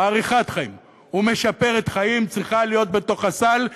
מאריכת חיים ומשפרת חיים צריכה להיות בתוך הסל,